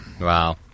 Wow